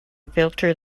filter